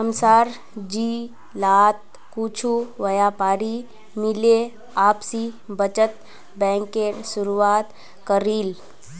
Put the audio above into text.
हमसार जिलात कुछु व्यापारी मिले आपसी बचत बैंकेर शुरुआत करील